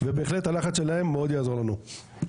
ובהחלט הלחץ שלהם מאוד יעזור לנו.